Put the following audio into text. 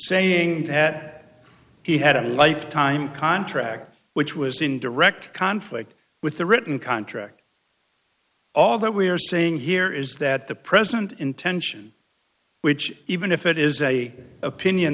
saying that he had a lifetime contract which was in direct conflict with the written contract all that we are saying here is that the present intention which even if it is a opinion